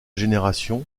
génération